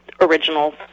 originals